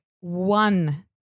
one